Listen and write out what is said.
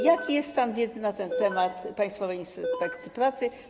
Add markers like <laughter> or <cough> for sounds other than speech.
Jaki <noise> jest stan wiedzy na ten temat Państwowej Inspekcji Pracy?